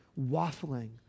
waffling